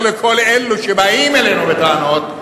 אני רק אומר לכל אלו שבאים אלינו בטענות,